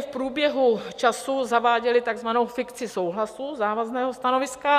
v průběhu času zaváděli takzvanou fikci souhlasu, závazného stanoviska.